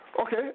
Okay